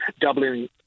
doubling